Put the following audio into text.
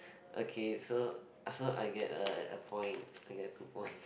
okay so ah so I get a a point I get two point